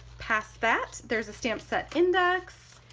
past that there's a stamp set index.